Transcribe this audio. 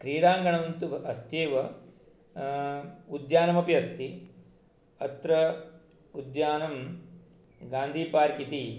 क्रीडाङ्गणन्तु अस्ति एव उद्यानमपि अस्ति अत्र उद्यानं गान्धी पार्क् इति